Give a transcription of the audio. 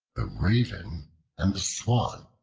the raven and the swan